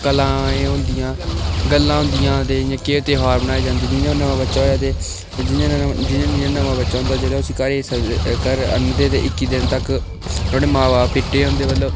गल्लां एह् होंदियां गल्लां होंदियां ते केह् ध्यार मनाए जंदे जि'यां नमां बच्चा होआ ते जि'यां जि'यां नमां बच्चा होंदा ते उसी घर सददे ते आह्नदे ते इक्की दिन तक्क नुहाड़े मां बब्ब भिट्टे होंदे मतलब